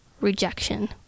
rejection